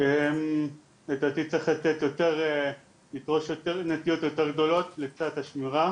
לדעתי, צריך לפרוס נטיעות יותר גדולות לצד השמירה